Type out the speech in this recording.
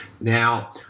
Now